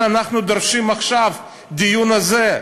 אנחנו דורשים עכשיו דיון על זה,